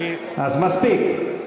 אז מספיק.